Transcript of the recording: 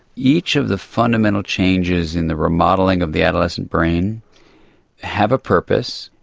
each of the fundamental changes in the remodelling of the adolescent brain have a purpose,